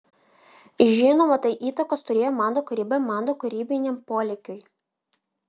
žinoma tai įtakos turėjo mano kūrybai mano kūrybiniam polėkiui